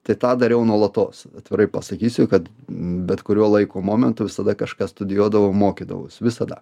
tai tą dariau nuolatos atvirai pasakysiu kad bet kuriuo laiko momentu visada kažką studijuodavau mokydavaus visada